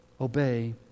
obey